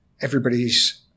Everybody's